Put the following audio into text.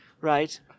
Right